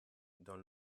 donne